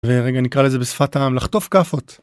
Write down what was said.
ורגע נקרא לזה בשפת העם לחטוף כאפות.